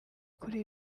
kuri